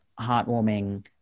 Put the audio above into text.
heartwarming